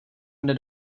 mne